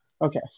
Okay